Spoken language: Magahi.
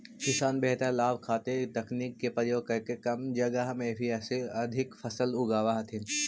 किसान बेहतर लाभ खातीर तकनीक के प्रयोग करके कम जगह में भी अधिक फसल उगाब हथिन